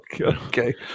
Okay